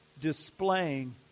displaying